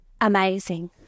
Amazing